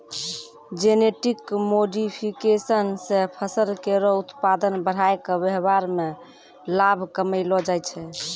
genetic modification सें फसल केरो उत्पादन बढ़ाय क व्यापार में लाभ कमैलो जाय छै